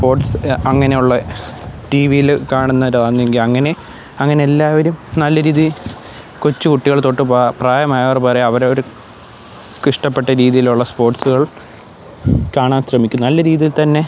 sports അങ്ങനെയുള്ള ടിവിയിൽ കാണുന്നതാണെങ്കിൽ അങ്ങനെ അങ്ങനെ എല്ലാവരും നല്ല രീതി കൊച്ചു കുട്ടികൾ തൊട്ട് പ്രായമായവർ വരെ അവരവർക്ക് ഇഷ്ടപ്പെട്ട രീതിയിലുള്ള സ്പോർട്സുകൾ കാണാൻ ശ്രമിക്കും നല്ല രീതിയിൽ തന്നെ